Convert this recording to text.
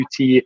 UT